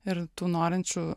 ir tų norinčių